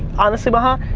honestly, maha,